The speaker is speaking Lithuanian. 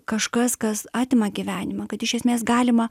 kažkas kas atima gyvenimą kad iš esmės galima